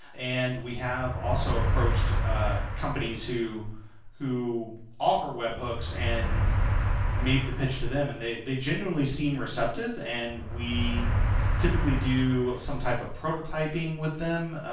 and we also approached ah companies who who offer webhooks and made the pitch to them, and they they generally seem receptive and we typically do some type of prototyping with them,